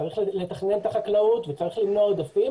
צריך לתכנן את החקלאות וצריך למנוע עודפים